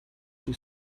she